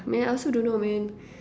man I also don't know man